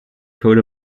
coat